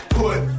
put